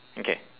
okay